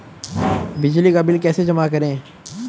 बिजली का बिल कैसे जमा करें?